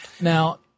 Now